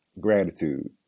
gratitude